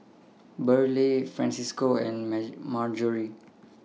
Burleigh Francisco and Marjorie